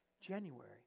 January